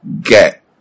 get